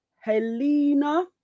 Helena